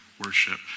worship